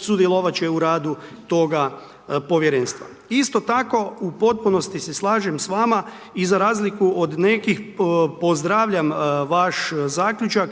sudjelovat će u radu toga povjerenstva. Isto tako u potpunosti se slažem s vama i za razliku od nekih pozdravljam vaš zaključak